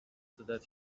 that